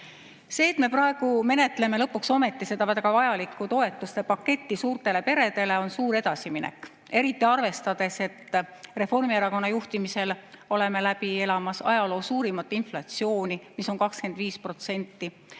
See, et me praegu menetleme lõpuks ometi seda väga vajalikku toetustepaketti suurtele peredele, on suur edasiminek, eriti arvestades, et Reformierakonna juhtimisel oleme läbi elamas ajaloo suurimat inflatsiooni, mis on 25%. Meil